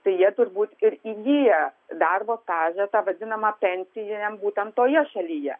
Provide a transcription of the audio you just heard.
tai jie turbūt ir įgiję darbo stažą tą vadinamą pensijai būtent toje šalyje